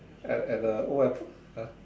at at the old airport !huh!